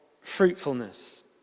fruitfulness